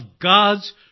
God's